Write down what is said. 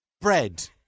bread